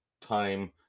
time